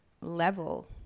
level